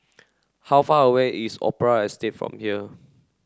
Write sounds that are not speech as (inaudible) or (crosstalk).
(noise) how far away is Opera Estate from here